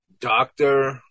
doctor